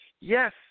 yes